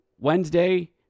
Wednesday